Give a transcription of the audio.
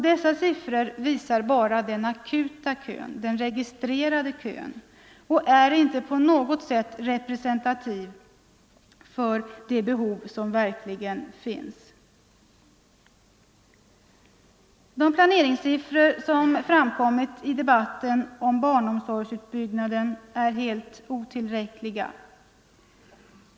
Dessa siffror visar bara den akuta, registrerade kön och är inte på något sätt representativa för det verkliga behovet. De planeringssiffror som angivits i debatten om barnomsorgsutbyggnaden är helt otillräckliga.